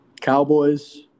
Cowboys